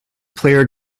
player